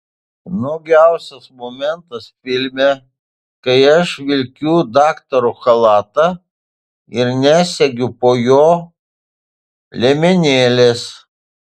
nuogiausias momentas filme kai aš vilkiu daktaro chalatą ir nesegiu po juo liemenėlės